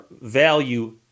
value